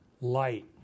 light